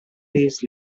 days